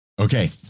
Okay